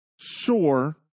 Sure